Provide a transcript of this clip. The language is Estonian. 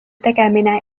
tegemine